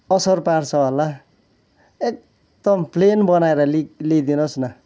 असर पार्छ होला एकदम प्लेन बनाएर लि ल्याइदिनुहोस् न